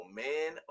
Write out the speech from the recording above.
man